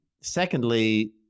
Secondly